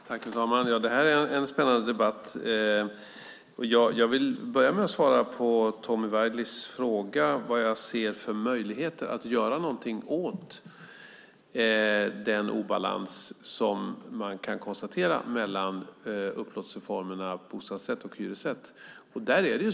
Fru talman! Det här är en spännande debatt. Jag vill börja med att svara på Tommy Waidelichs fråga om vad jag ser för möjligheter att göra någonting åt den obalans som man kan konstatera mellan upplåtelseformerna bostadsrätt och hyresrätt.